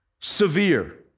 severe